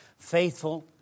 faithful